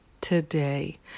today